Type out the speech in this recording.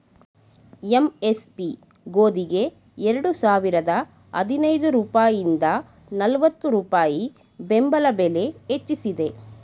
MSP ಗೋದಿಗೆ ಎರಡು ಸಾವಿರದ ಹದಿನೈದು ರೂಪಾಯಿಂದ ನಲ್ವತ್ತು ರೂಪಾಯಿ ಬೆಂಬಲ ಬೆಲೆ ಹೆಚ್ಚಿಸಿದೆ